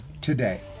today